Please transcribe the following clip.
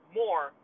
more